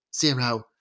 zero